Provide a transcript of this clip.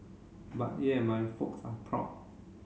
but yeah my folks are proud